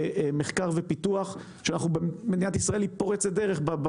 מחקר ופיתוח, תחום שבו מדינת ישראל היא פורצת דרך.